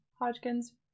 hodgkins